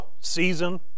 season